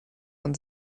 man